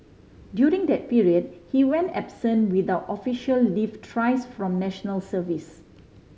during that period he went absent without official leave thrice from National Service